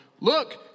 Look